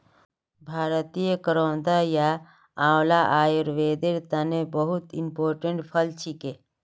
भारतीय करौदा या आंवला आयुर्वेदेर तने बहुत इंपोर्टेंट फल छिके